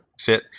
fit